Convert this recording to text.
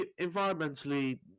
environmentally